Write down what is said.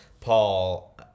Paul